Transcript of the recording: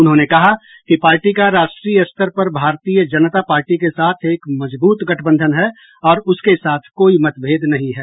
उन्होंने कहा कि पार्टी का राष्ट्रीय स्तर पर भारतीय जनता पार्टी के साथ एक मजबूत गठबंधन है और उसके साथ कोई मतभेद नहीं है